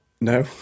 No